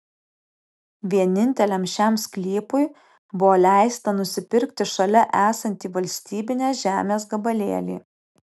vieninteliam šiam sklypui buvo leista nusipirkti šalia esantį valstybinės žemės gabalėlį